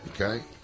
Okay